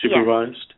supervised